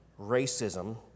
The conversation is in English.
racism